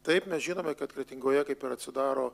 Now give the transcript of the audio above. taip mes žinome kad kretingoje kaip ir atsidaro